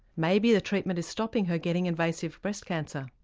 maybe the treatment is stopping her getting invasive breast cancer,